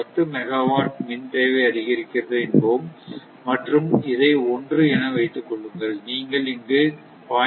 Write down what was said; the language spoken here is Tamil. பத்து மெகாவாட் மின் தேவை அதிகரிக்கிறது என்போம் மற்றும் இதை 1 என்று வைத்துக்கொள்ளுங்கள் நீங்கள் இங்கு 0